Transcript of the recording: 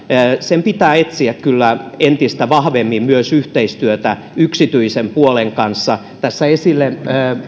sen pitää kyllä etsiä entistä vahvemmin myös yhteistyötä yksityisen puolen kanssa tässä